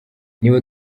niba